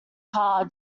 car